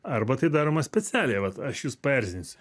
arba tai daroma specialiai vat aš jus paerzinsiu